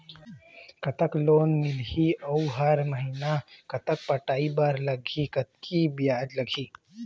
कतक लोन मिलही अऊ हर महीना कतक पटाए बर लगही, कतकी ब्याज लगही?